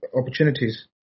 opportunities